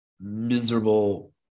miserable